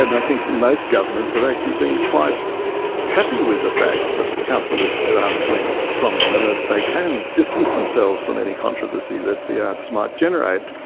i think most governments have actually been quite happy with the fact that the council is at arm's length from them and that they can distance themselves from any controversy that the arts might generate.